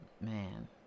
man